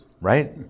right